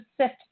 sift